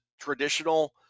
traditional